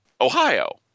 Ohio